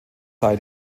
sei